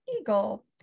eagle